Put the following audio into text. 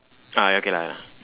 ah okay lah